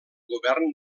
govern